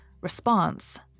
Response